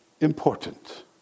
Important